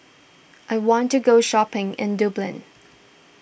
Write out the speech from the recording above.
I want to go shopping in Dublin